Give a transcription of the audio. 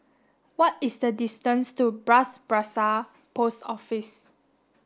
what is the distance to Bras Basah Post Office